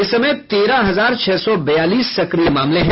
इस समय तेरह हजार छह सौ बयालीस सक्रिय मामले हैं